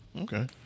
okay